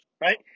right